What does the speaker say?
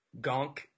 gonk